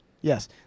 Yes